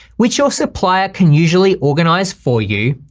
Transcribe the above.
which your supplier can usually organize for you.